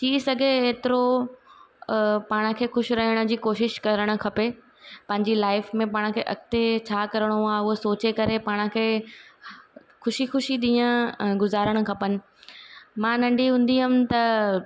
थी सघे हेतिरो पाण खे ख़ुशि रहण जी कोशिशि करण खपे पंहिंजी लाइफ में पाण खे अॻिते छा करिणो आहे उहा सोचे करे पाण खे ख़ुशी ख़ुशी ॾींहं गुजारणु खपनि मां नढी हूंदी हुअमि त